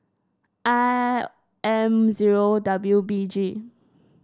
I M zero W B G